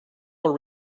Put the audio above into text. our